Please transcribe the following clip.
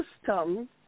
system